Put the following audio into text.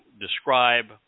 describe